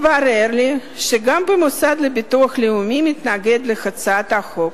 התברר לי שגם המוסד לביטוח לאומי מתנגד להצעת החוק,